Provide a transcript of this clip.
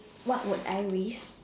what would I risk